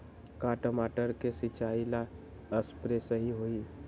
का टमाटर के सिचाई ला सप्रे सही होई?